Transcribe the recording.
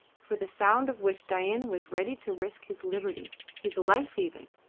for the sound of which dain was ready to risk his liberty, his life even.